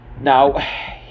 Now